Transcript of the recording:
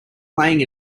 playing